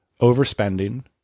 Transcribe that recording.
overspending